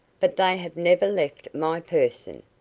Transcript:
but they have never left my person.